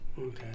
Okay